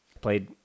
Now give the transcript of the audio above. played